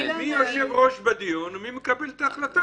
מי יושב-ראש בדיון ומי מקבל את ההחלטה?